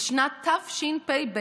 בשנת תשפ"ב,